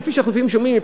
כפי שאנחנו לפעמים שומעים,